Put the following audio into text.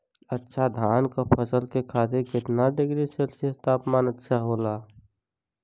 अच्छा धान क फसल के खातीर कितना डिग्री सेल्सीयस तापमान अच्छा होला?